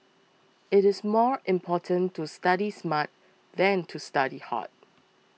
it is more important to study smart than to study hard